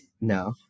No